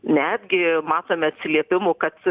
netgi matome atsiliepimų kad